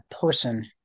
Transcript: person